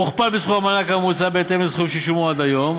מוכפל בסכום המענק הממוצע בהתאם לסכומים ששולמו עד היום.